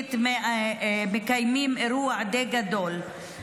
פלסטינית מקיימים אירוע די גדול.